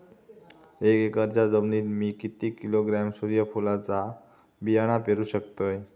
एक एकरच्या जमिनीत मी किती किलोग्रॅम सूर्यफुलचा बियाणा पेरु शकतय?